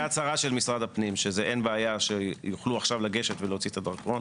הצהרת משרד הפנים שיוכלו לגשת להוציא את הדרכון.